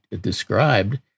described